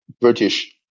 British